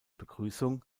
begrüßung